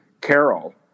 Carol